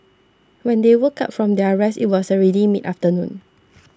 when they woke up from their rest it was already mid afternoon